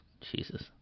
Jesus